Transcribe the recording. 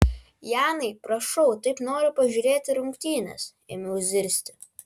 janai prašau taip noriu pažiūrėti rungtynes ėmiau zirzti